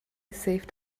saved